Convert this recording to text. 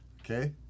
Okay